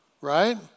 right